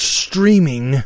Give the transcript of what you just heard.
streaming